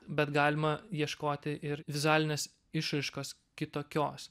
bet galima ieškoti ir vizualinės išraiškos kitokios